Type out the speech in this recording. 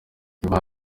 niba